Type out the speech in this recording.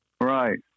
Right